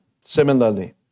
Similarly